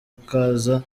ikaza